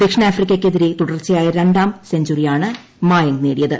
ദക്ഷിണാഫ്രിക്കയ്ക്ക് എതിരെ തുടർച്ചയായ രണ്ടാം സെഞ്ചറിയാണ് മായങ്ക് നേടിയത്